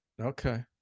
Okay